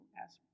ask